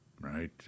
right